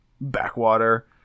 backwater